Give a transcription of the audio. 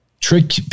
trick